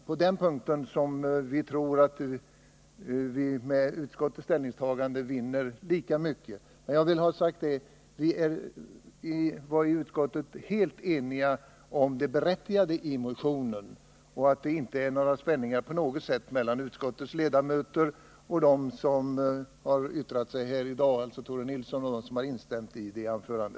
På den punkten tror vi att vi med utskottets ställningstagande vinner lika mycket, men jag vill ha sagt: Vi var i utskottet helt eniga om det berättigade i motionen och det föreligger på intet sätt några spänningar mellan å ena sidan utrikesutskottet och å andra sidan Tore Nilsson och de ledamöter som har instämt i hans anförande.